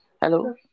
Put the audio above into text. Hello